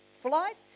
Flight